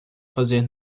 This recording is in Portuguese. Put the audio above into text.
fazer